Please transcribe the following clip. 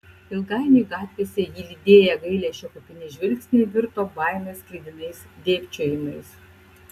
ilgainiui gatvėse jį lydėję gailesčio kupini žvilgsniai virto baimės sklidinais dėbčiojimais